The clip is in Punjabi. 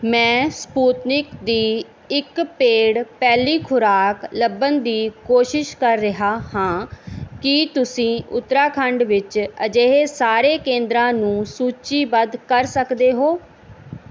ਮੈਂ ਸਪੁਟਨਿਕ ਦੀ ਇੱਕ ਪੇਡ ਪਹਿਲੀ ਖੁਰਾਕ ਲੱਭਣ ਦੀ ਕੋਸ਼ਿਸ਼ ਕਰ ਰਿਹਾ ਹਾਂ ਕੀ ਤੁਸੀਂ ਉਤਰਾਖੰਡ ਵਿੱਚ ਅਜਿਹੇ ਸਾਰੇ ਕੇਂਦਰਾਂ ਨੂੰ ਸੂਚੀਬੱਧ ਕਰ ਸਕਦੇ ਹੋ